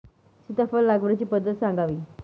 सीताफळ लागवडीची पद्धत सांगावी?